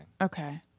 Okay